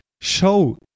show